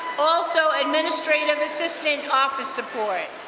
also administrative assistant office support.